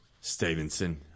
Stevenson